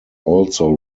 also